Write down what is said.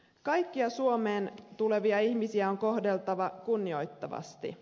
kaikkia suomeen tulevia ihmisiä on kohdeltava kunnioittavasti